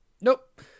Nope